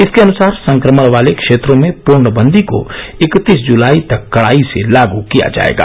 इसके अनुसार संक्रमण वाले क्षेत्रों में पूर्णबंदी को इकतीस जुलाई तक कडाई से लागू किया जाएगा